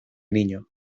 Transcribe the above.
niño